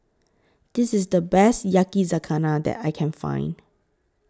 This IS The Best Yakizakana that I Can Find